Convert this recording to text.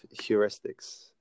heuristics